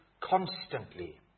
constantly